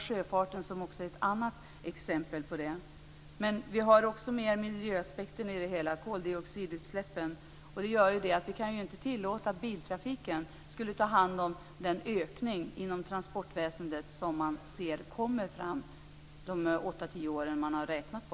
Sjöfarten är ett annat exempel på det. Vi har också med miljöaspekten i det hela, t.ex. koldioxidutsläppen. Det gör att vi inte kan tillåta att biltrafiken tar hand om den ökning inom transportväsendet som vi ser komma de åtta tio år som man har räknat på.